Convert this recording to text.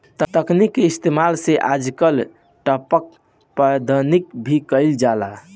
तकनीक के इस्तेमाल से आजकल टपक पटौनी भी कईल जाता